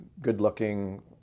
good-looking